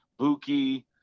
Buki